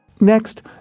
Next